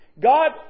God